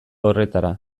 horretara